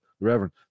reverend